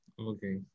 Okay